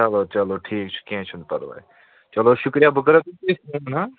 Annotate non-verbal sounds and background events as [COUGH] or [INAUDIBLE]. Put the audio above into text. چلو چلو ٹھیٖک چھُ کیٚنٛہہ چھُنہٕ پرواے چلو شُکریہ بہٕ کَرہو تۅہہِ [UNINTELLIGIBLE]